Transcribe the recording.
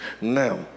now